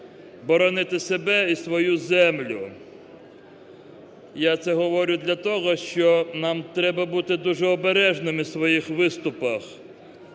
боронити себе і свою землю. Я це говорю для того, що нам треба бути дуже обережними в своїх виступах.